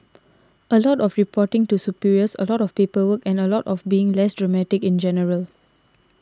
a lot of reporting to superiors a lot of paperwork and a lot of being less dramatic in general